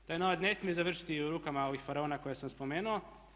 Taj novac ne smije završiti u rukama ovih faraona koje sam spomenuo.